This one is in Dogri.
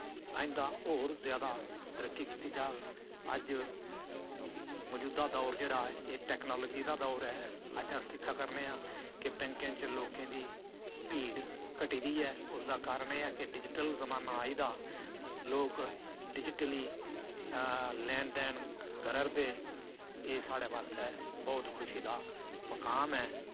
आइंदा होर जादा तरक्की कीती जाह्ग अज्ज मजूदा दौर जेह्ड़ा एह् टैकनालजी दा दौर ऐ अज्ज अस दिक्खा करने आं कि बैंकें च लोकें दी भीड़ घटी दी ऐ उस दा कारण एह् ऐ कि डिज़िटल जमान्ना आई गेदा लोग डिजिटली लैन देन करा'रदे एह् साढ़े बास्तै बोह्त खुशी दा मकाम ऐ